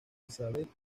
isabel